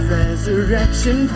resurrection